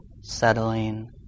settling